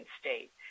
state